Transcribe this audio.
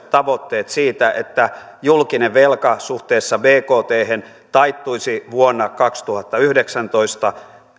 tavoitteet siitä että julkinen velka suhteessa bkthen taittuisi vuonna kaksituhattayhdeksäntoista